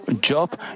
Job